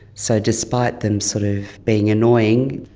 so despite them sort of being annoying,